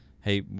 hey